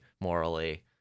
morally